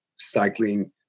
cycling